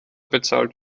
bezahlt